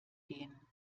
gehen